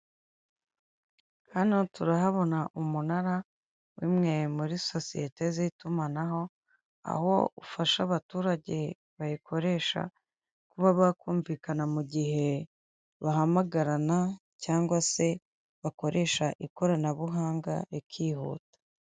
Hano turahabona umunara w'umwe muri sosiyete z'itumanaho aho ufasha abaturage bayikoresha kuba bakumvikana mu gihe bahamagarana cyangwa se bakoresha ikoranabuhanga rikihuta.